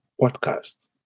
podcast